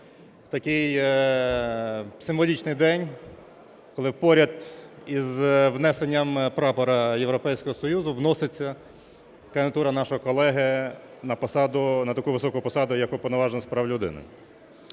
такий символічний день, коли поряд із внесенням прапора Європейського Союзу вноситься кандидатура нашого колеги на таку високу посаду, як Уповноважений з прав людини.